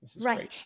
Right